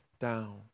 down